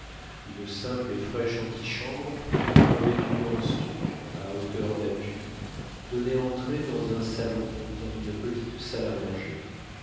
une simple et fraîche antichambre revêtue en stuc à hauteur d'appui donnait entrée dans un salon et dans une petite salle à manger